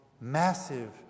massive